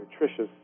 nutritious